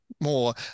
more